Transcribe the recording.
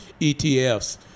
ETFs